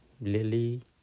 lily